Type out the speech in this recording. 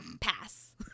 pass